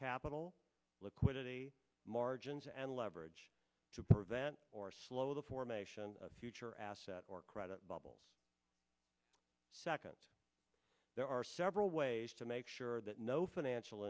capital liquidity margins and leverage to prevent or slow the formation of future asset or credit bubbles second there are several ways to make sure that no financial